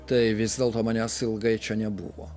tai vis dėlto manęs ilgai čia nebuvo